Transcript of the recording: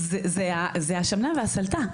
זה השמנא והסלתא.